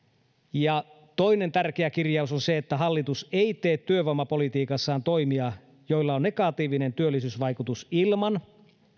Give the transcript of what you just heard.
toinen tärkeä kirjaus on se että hallitus ei tee työvoimapolitiikassaan toimia joilla on negatiivinen työllisyysvaikutus ilman